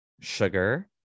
Sugar